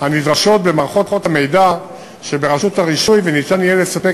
הנדרשות במערכות המידע שברשות הרישוי וניתן יהיה לספק